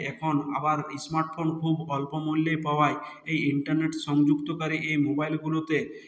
এখন আবার smart phone খুব অল্প মূল্যেই পাওয়ায় এই ইন্টারনেট সংযুক্তকারী এই মোবাইলগুলোতে